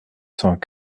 cent